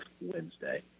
Wednesday